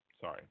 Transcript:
Sorry